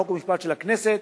חוק ומשפט של הכנסת